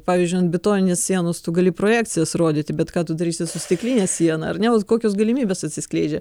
pavyzdžiui ant betoninės sienos tu gali projekcijas rodyti bet ką tu darysi su stikline siena ar ne kokios galimybės atsiskleidžia